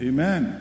Amen